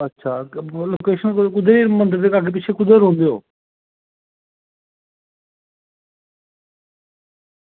अच्छा लोकेशन कु'त्थै जेही मंदर दे लागै पिच्छै कु'त्थें रौंह्दे ओ